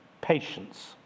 patience